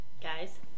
Guys